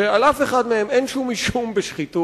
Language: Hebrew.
שעל אף אחד מהם אין שום אישום בשחיתות,